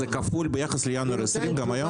זה כפול ביחס לינואר 2020 גם היום?